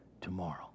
tomorrow